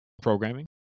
programming